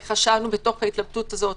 שייכנסו בתוך החוק הזה?